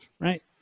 right